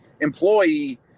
employee